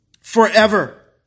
Forever